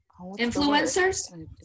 Influencers